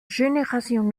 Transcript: générations